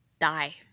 die